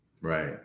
Right